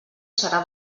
serà